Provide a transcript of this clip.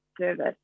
service